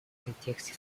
контексте